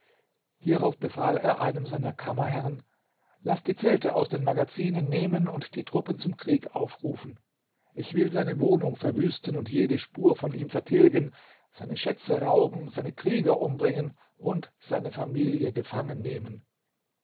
hierauf befahl er einem seiner kammerherrn laß die zelte aus den magazinen nehmen und die truppen zum krieg aufrufen ich will seine wohnung verwüsten und jede spur von ihm vertilgen seine schätze rauben seine krieger umbringen und seine familie